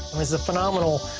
it's a phenomenal